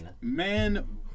man